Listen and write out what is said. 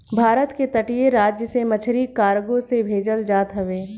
भारत के तटीय राज से मछरी कार्गो से भेजल जात हवे